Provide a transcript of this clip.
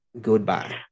Goodbye